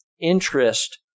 interest